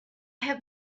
have